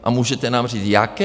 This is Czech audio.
A můžete nám říct jaké?